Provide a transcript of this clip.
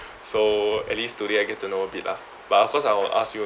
so at least today I get to know a bit lah but of course I will ask you